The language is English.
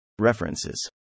References